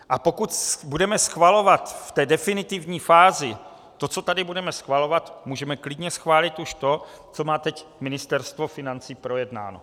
A pokud budeme schvalovat v té definitivní fázi to, co tady budeme schvalovat, můžeme klidně schválit už to, co má teď Ministerstvo financí projednáno.